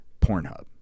Pornhub